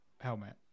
helmet